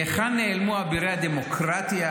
להיכן נעלמו אבירי הדמוקרטיה,